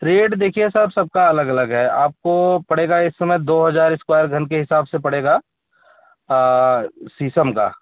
rate देखिए साहब सबका अलग अलग है आपको पड़ेगा इस समय दो हज़ार स्क्वायर घन के हिसाब से पड़ेगा शीशम का